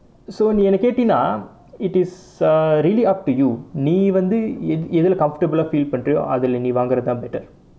so நீ என்னை கேட்டீனா:nee ennai kettinaa it is uh really up to you நீ வந்து எதுலை:nee vanthu ethulai comfortable ah feel பண்றையோ அதுலை வாங்குறதுதான்:pandraiyo athulai nee vaangurathuthaan better